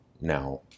now